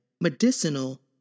medicinal